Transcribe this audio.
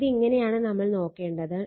ഇത് ഇങ്ങനെയാണ് നമ്മൾ നോക്കേണ്ടത്